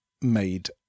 made